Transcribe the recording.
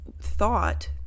thought